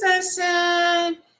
Session